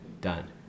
done